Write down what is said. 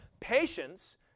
patience